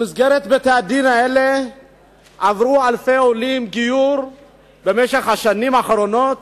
במסגרת בית-הדין הזה עברו אלפי עולים גיור בשנים האחרונות,